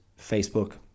facebook